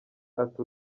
ati